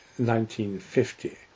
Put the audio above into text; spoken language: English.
1950